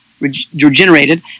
regenerated